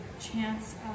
chance